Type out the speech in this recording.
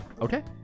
Okay